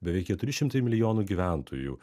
beveik keturi šimtai milijonų gyventojų